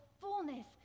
fullness